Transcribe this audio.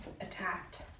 attacked